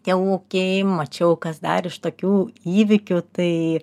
tie ūkiai mačiau kas dar iš tokių įvykių tai